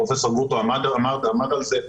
פרופ' גרוטו עמד על זה.